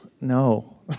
no